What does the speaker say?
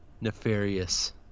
Nefarious